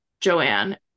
joanne